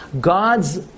God's